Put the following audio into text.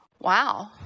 wow